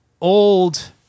old